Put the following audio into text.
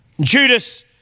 Judas